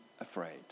afraid